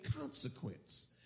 consequence